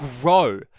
grow